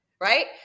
right